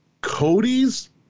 Cody's